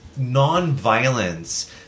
nonviolence